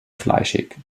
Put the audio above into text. fleischig